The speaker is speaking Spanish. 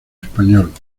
español